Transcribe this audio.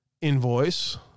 invoice